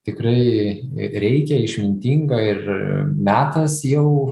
tikrai reikia išmintinga ir metas jau